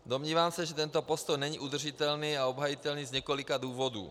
Domnívám se, že tento postoj není udržitelný a obhajitelný z několika důvodů.